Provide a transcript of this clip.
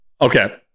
Okay